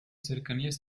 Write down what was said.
cercanías